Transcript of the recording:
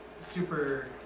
super